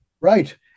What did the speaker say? right